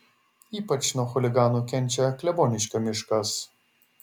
ypač nuo chuliganų kenčia kleboniškio miškas